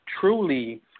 truly